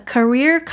Career